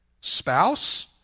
Spouse